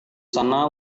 sana